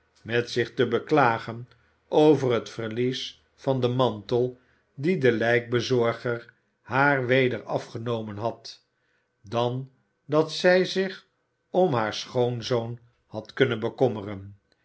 met zich te beklagen over het verlies van den mantel dien de lijkbezorger haar weder afgenomen had dan dat zij zich om haar schoonzoon had kunnen bekommeren